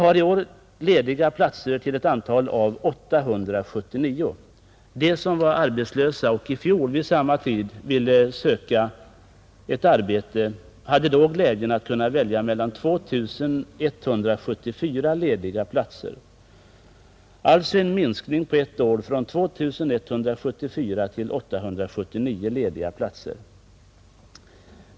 Antalet lediga platser uppgår i år till 879. De som var arbetslösa vid samma tid i fjol och ville söka ett arbete kunde då välja mellan 2 174 lediga platser — alltså en minskning på ett år från 2 174 till 879 lediga platser.